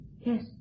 Yes